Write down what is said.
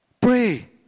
pray